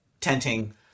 tenting